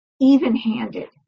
even-handed